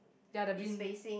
ya the bin